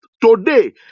today